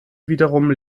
wiederum